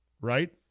Right